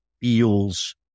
feels